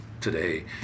today